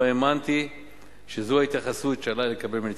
לא האמנתי שזו ההתייחסות שעלי לקבל מנציגיכם.